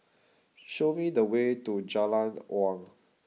show me the way to Jalan Awang